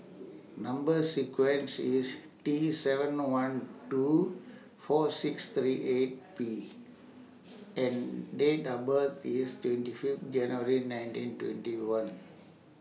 Number sequence IS T seven one two four six three eight P and Date of birth IS twenty Fifth January nineteen twenty one